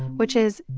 which is,